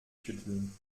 schütteln